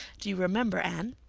do you remember, anne?